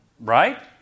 Right